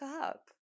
up